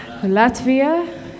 Latvia